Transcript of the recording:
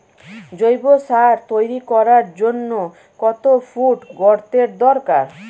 জৈব সার তৈরি করার জন্য কত ফুট গর্তের দরকার?